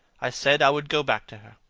i said i would go back to her.